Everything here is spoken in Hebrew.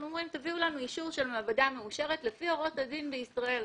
אומרים: תביאו לנו אישור של מעבדה מאושרת לפי הוראות הדין בישראל,